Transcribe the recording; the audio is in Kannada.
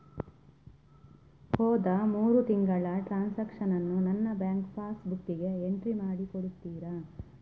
ಹೋದ ಮೂರು ತಿಂಗಳ ಟ್ರಾನ್ಸಾಕ್ಷನನ್ನು ನನ್ನ ಬ್ಯಾಂಕ್ ಪಾಸ್ ಬುಕ್ಕಿಗೆ ಎಂಟ್ರಿ ಮಾಡಿ ಕೊಡುತ್ತೀರಾ?